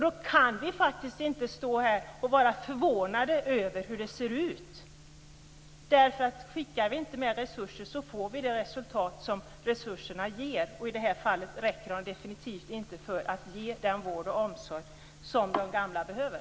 Då kan vi faktiskt inte stå här och vara förvånade över hur det ser ut. Skickar vi inte mer resurser, får vi de resultat som resurserna ger. I det här fallet räcker de definitivt inte för att ge den vård och omsorg som de gamla behöver.